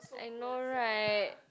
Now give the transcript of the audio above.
I know right